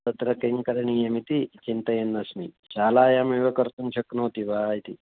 तत्र किं करणीयमिति चिन्तयन्नस्मि शालायामेव कर्तुं शक्नोति वा इति